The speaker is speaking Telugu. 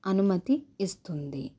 అనుమతి ఇస్తుంది